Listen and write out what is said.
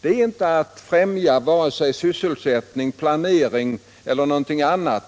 Det är inte att främja vare sig sysselsättning, planering eller någonting annat.